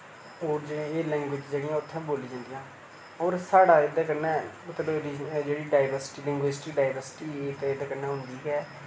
होर जेह्ड़ी एह् लैंगुएज जेह्ड़ियां उत्थें बोलियां जन्दियां होर साढ़ा एह्दे कन्नै मतलब रीजनल एह् जेह्ड़ी डाइवस्टी लिंगुइस्टिक डाइवस्टी एह् ते एह्दे कन्नै होंदी गै